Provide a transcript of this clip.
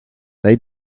they